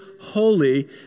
holy